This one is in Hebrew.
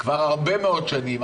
כבר הרבה מאוד שנים,